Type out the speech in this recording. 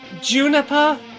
Juniper